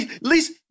least